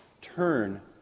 Turn